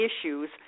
issues